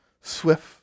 swift